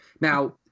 now